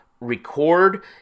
record